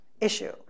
issue